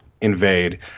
invade